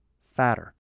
fatter